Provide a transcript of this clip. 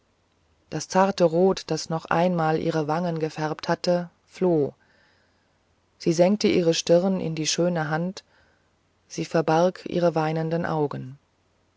das zarte rot das noch einmal ihre wangen gefärbt hatte floh sie senkte ihre stirne in die schöne hand sie verbarg ihre weinenden augen